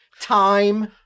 time